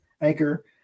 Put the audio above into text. Anchor